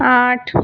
आठ